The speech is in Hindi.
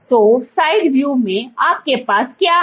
तो साइड व्यू में आपके पास क्या है